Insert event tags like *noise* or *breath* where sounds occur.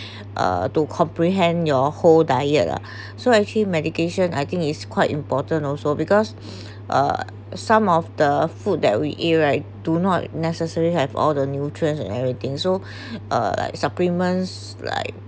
uh to comprehend your whole diet lah] so actually medication I think is quite important also because *breath* uh some of the food that we eat right do not necessarily have all the nutrients and everything so uh supplements like